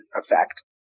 effect